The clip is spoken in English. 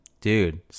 dude